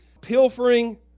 pilfering